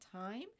time